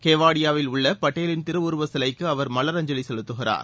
கெவாடியாவில் உள்ளபட்டேலின் திருவுருவச் சிலைக்குஅவர் மலரஞ்சலிசெலுத்துகிறார்